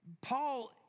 Paul